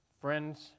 friends